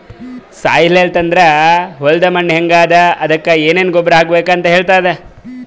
soil health ಅಂದ್ರ ಹೊಲದ್ ಮಣ್ಣ್ ಹೆಂಗ್ ಅದಾ ಅದಕ್ಕ್ ಏನೆನ್ ಗೊಬ್ಬರ್ ಹಾಕ್ಬೇಕ್ ಅಂತ್ ಹೇಳ್ತದ್